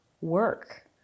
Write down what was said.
work